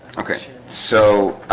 okay, so